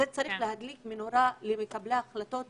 וזה צריך להדליק נורה למקבלי ההחלטות,